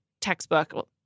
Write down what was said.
textbook